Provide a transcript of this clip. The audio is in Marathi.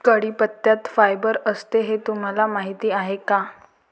कढीपत्त्यात फायबर असते हे तुम्हाला माहीत आहे का?